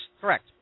Correct